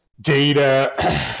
data